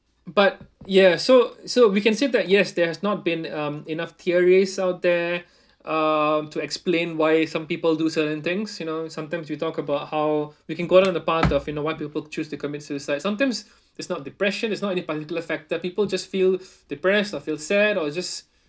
but ya so so we can say that yes there has not been um enough theories out there um to explain why some people do certain things you know sometimes you talk about how we can go down the path of you know why people choose to commit suicide sometimes it's not depression it's not any particular factor people just feel depressed or feel sad or just